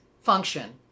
function